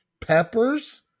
peppers